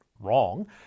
wrong